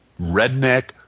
redneck